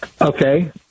Okay